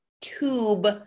tube